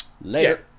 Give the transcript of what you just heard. later